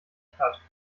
stadt